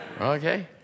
Okay